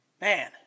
man